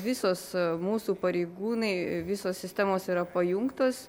visos mūsų pareigūnai visos sistemos yra pajungtos